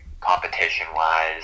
competition-wise